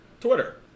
Twitter